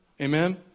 Amen